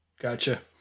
Gotcha